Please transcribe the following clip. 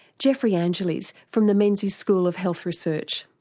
geoffrey angeles from the menzies school of health research.